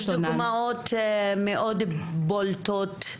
יש דוגמאות מאוד בולטות.